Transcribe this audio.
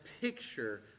picture